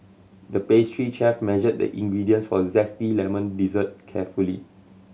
the pastry chef measured the ingredients for a zesty lemon dessert carefully